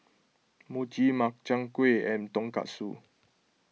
Mochi Makchang Gui and Tonkatsu